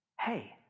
Hey